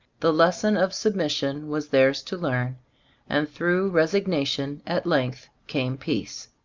the lesson of sub mission was theirs to learn and through resignation at length came peace.